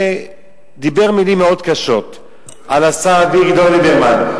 ודיבר מלים מאוד קשות על השר אביגדור ליברמן.